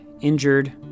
injured